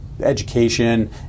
education